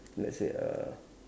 let's say uh